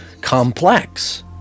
complex